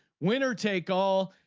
winner take all.